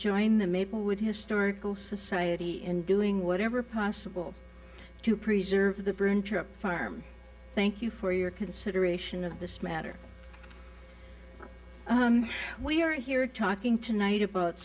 join the maplewood historical society in doing whatever possible to preserve the printer farm thank you for your consideration of this matter we are here talking tonight about